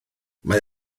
mae